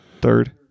Third